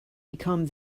become